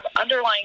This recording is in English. underlying